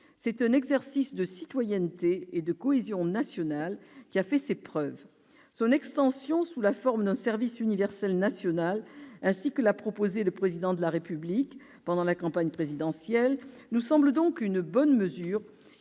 C'est un exercice de citoyenneté et de cohésion nationale qui a fait ses preuves. Son extension sous la forme d'un service universel national, ainsi que l'a proposé le futur Président de la République pendant sa campagne, nous semble donc une bonne mesure,